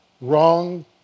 wrong